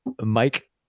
Mike